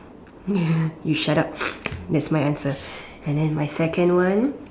yes you shut up that's my answer and then my second one